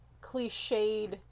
cliched